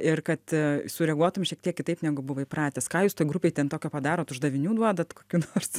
ir kad sureaguotum šiek tiek kitaip negu buvai pratęs ką jūs toj grupėj ten tokio padarot uždavinių duodat kokių nors